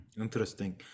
interesting